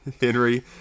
Henry